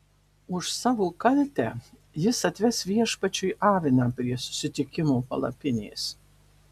už savo kaltę jis atves viešpačiui aviną prie susitikimo palapinės